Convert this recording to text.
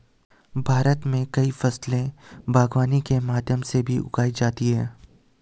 भारत मे कई फसले बागवानी के माध्यम से भी उगाई जाती है